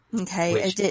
Okay